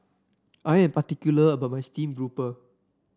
I am particular about my Steamed Grouper